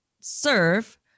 serve